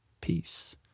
peace